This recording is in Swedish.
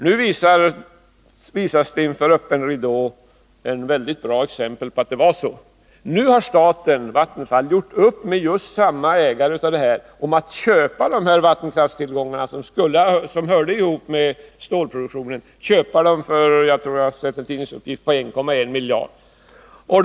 Nu försiggår inför öppen ridå någonting som visar att vi hade rätt: Nu har Vattenfall gjort upp med samma ägare om att köpa de vattenkraftstillgångar som hörde .ihop med stålproduktionen — för 1,1 miljarder enligt en uppgift jag har sett.